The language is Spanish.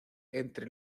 entre